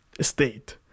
state